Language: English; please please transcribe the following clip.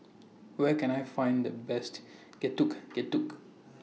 Where Can I Find The Best Getuk Getuk